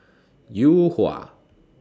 Yuhua